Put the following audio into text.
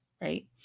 right